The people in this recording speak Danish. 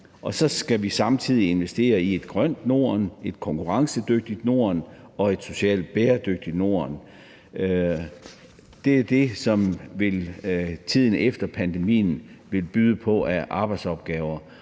Og så skal vi samtidig investere i et grønt Norden, et konkurrencedygtigt Norden og et socialt bæredygtigt Norden. Det er det, som tiden efter pandemien vil byde på af arbejdsopgaver,